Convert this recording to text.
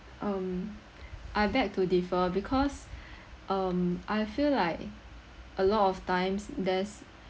um I beg to differ because um I feel like a lot of times there's